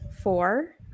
four